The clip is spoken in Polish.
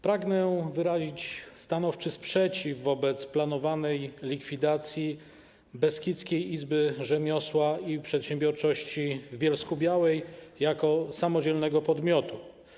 Pragnę wyrazić stanowczy sprzeciw wobec planowanej likwidacji Beskidzkiej Izby Rzemiosła i Przedsiębiorczości w Bielsku-Białej jako samodzielnego podmiotu.